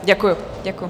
Děkuju, děkuju.